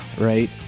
right